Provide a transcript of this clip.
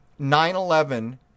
9-11